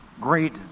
great